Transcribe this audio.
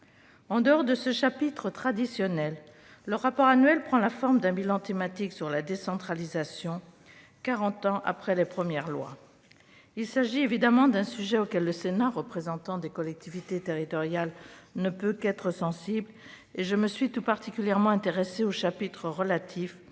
En dehors de ce chapitre traditionnel, le rapport annuel prend la forme d'un bilan thématique consacré à la décentralisation, quarante ans après les lois Defferre. Il s'agit évidemment d'un sujet auquel le Sénat, représentant des collectivités territoriales, ne peut qu'être sensible. Je me suis tout particulièrement intéressée au chapitre relatif